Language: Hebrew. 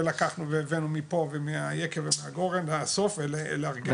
לקחנו והבאנו מפה ומשם ומהגורן והיקב לאסוף ולארגן.